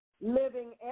living